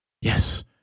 Yes